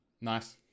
Nice